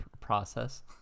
process